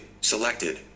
selected